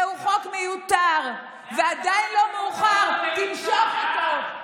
זהו חוק מיותר, ועדיין לא מאוחר למשוך אותו.